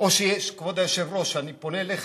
או שיש, כבוד היושב-ראש, אני פונה אליך.